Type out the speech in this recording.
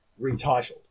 retitled